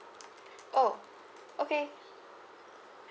oh okay